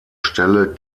stelle